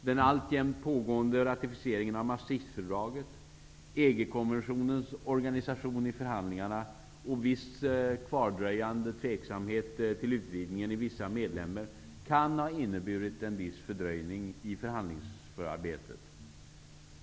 Den alltjämt pågående ratificeringen av Maastrichtfördraget, EG-kommissionens organisation i förhandlingarna och viss kvardröjande tveksamhet till utvidgningen i vissa medlemsländer kan ha inneburit en viss fördröjning i förhandlingsarbetet.